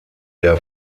der